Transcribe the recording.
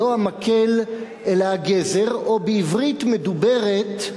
לא המקל, אלא הגזר, או בעברית מדוברת,